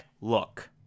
look